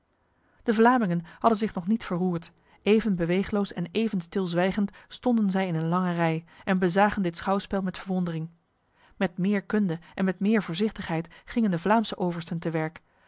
de vlamingen hadden zich nog niet verroerd even beweegloos en even stilzwijgend stonden zij in een lange rij en bezagen dit schouwspel met verwondering met meer kunde en met meer voorzichtigheid gingen de vlaamse oversten te werk